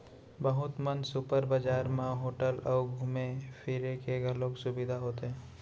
बहुत कन सुपर बजार म होटल अउ घूमे फिरे के घलौक सुबिधा होथे